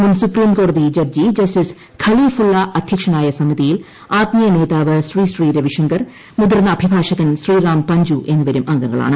മുൻ സുപ്രീംകോടതി judge justice Kalifulla അധ്യക്ഷനായ സമിതിയിൽ ആത്മീയ നേതാവ് ശ്രീശ്രീ രവിശങ്കർ മുതിർന്ന അഭിഭാഷകൻ ശ്രീറാം പഞ്ചു എന്നിവരും അംഗങ്ങളാണ്